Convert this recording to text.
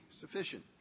sufficient